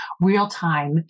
real-time